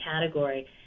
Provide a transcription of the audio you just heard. category